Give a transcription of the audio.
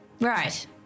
Right